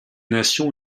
nations